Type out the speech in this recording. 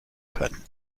können